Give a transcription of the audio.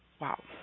Wow